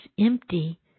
empty